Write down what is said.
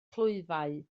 clwyfau